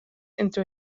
into